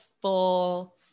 full